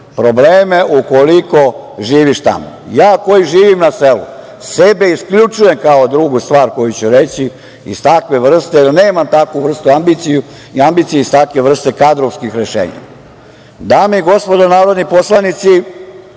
probleme ukoliko živiš tamo. Ja koji živim na selu sebe isključujem kao drugu stvar koju ću reći iz takve vrste jer nemam takvu vrstu ambicije iz takve vrste kadrovskih rešenja. Dame i gospodo narodni poslanici,